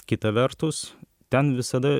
kita vertus ten visada